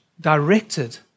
directed